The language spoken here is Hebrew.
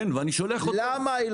למה?